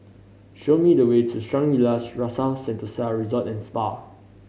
show me the way to Shangri La's Rasa Sentosa Resort and Spa